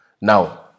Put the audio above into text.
Now